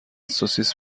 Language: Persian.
سوسیس